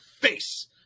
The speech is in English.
face